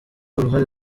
uruhare